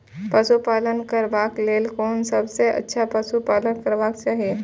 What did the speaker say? पशु पालन करबाक लेल कोन सबसँ अच्छा पशु पालन करबाक चाही?